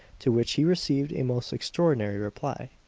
to which he received a most extraordinary reply.